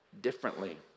differently